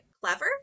clever